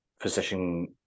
physician